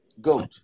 GOAT